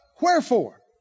Wherefore